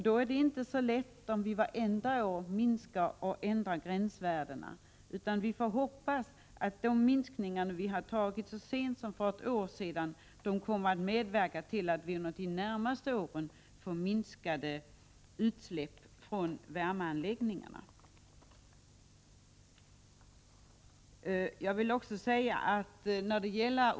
Då blir det inte så lätt om vi vartenda år sänker gränsvärdena. Vi får hoppas att det beslut om sänkta gränsvärden som fattades så sent som för ett år sedan kommer att medverka till att vi under de närmaste åren får minskade utsläpp från värmeanläggningarna.